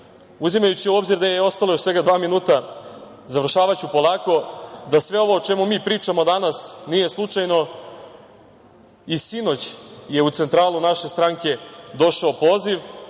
upotrebi. Uzimajući u obzir da je ostalo još svega dva minuta, završavaću polako da sve ovo o čemu mi pričamo danas nije slučajno i sinoć je u centralu naše stranke došao poziv,